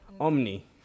Omni